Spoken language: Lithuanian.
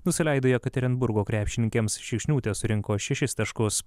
nusileido jekaterinburgo krepšininkėms šikšniūtė surinko šešis taškus